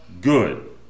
good